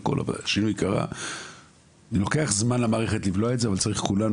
למערכת לוקח זמן לבלוע את זה אבל כולנו